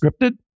scripted